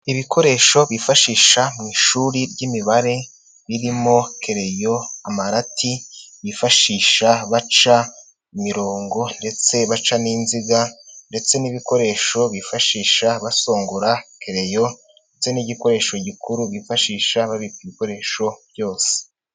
Ibikoresho bifashisha mu ishuri ry'imibare. Birimo: kerayo, amarati bifashisha baca imirongo ndetse baca n'inziga ndetse n'ibikoresho bifashisha basongora kereyo ndetse n'igikoresho gikuru bifashisha babika ibikoresho byose.